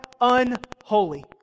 unholy